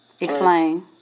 Explain